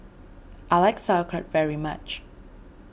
I like Sauerkraut very much